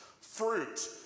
fruit